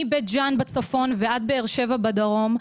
מבית ג'אן בצפון ועד באר שבע בדרום,